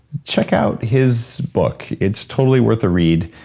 check out his book. it's totally worth a read.